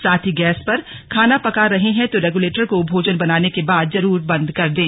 साथ ही गैस पर खाना पका रहे हैं तो रेग्यूलेटर को भोजन बनाने के बाद जरूर बंद कर दें